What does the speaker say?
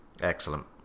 excellent